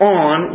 on